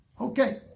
Okay